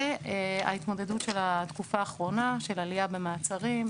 וההתמודדות של התקופה האחרונה של עלייה במעצרים,